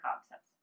Concepts